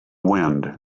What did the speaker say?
wind